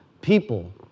People